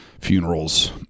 Funerals